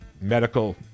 medical